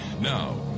Now